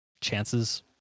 chances